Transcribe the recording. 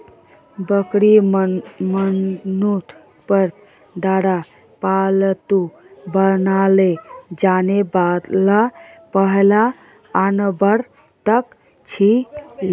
बकरी मनुष्यर द्वारा पालतू बनाल जाने वाला पहला जानवरतत छिलो